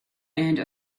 and